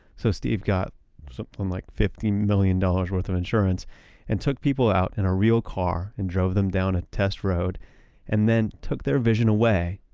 so steve got something like fifty million dollars worth of insurance and took people out in a real car and drove them down a test road and then took their vision away,